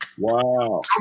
Wow